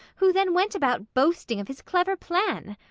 who then went about boasting of his clever plan.